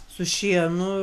su šienu